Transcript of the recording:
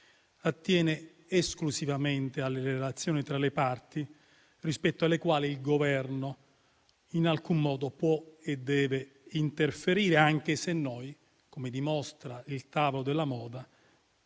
attiene esclusivamente alle relazioni tra le parti, rispetto alle quali il Governo in alcun modo può e deve interferire, anche se noi, come dimostra il tavolo della moda,